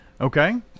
Okay